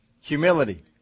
Humility